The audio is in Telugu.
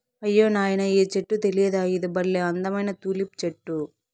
అయ్యో నాయనా ఈ చెట్టు తెలీదా ఇది బల్లే అందమైన తులిప్ చెట్టు